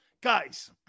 Guys